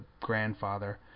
grandfather